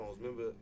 remember